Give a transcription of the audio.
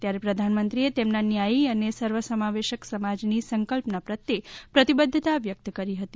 ત્યારે પ્રધાનમંત્રીએ તેમના ન્યાયી અને સર્વસમાવેશક સમાજની સંકલ્પના પ્રત્યે પ્રતિબદ્ધતા વ્યક્ત કરી હતી